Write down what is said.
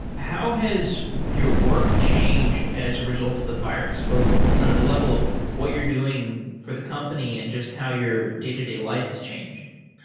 how has your work changed as a result of the virus both you know at the level of what you're doing for the company and just how your day-to-day life has changed?